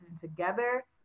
together